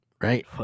right